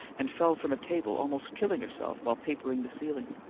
and fell from a table almost killing herself while papering the ceiling.